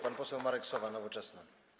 Pan poseł Marek Sowa, Nowoczesna.